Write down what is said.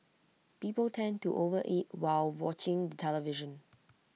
people tend to overeat while watching the television